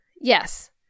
yes